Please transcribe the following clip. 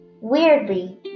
Weirdly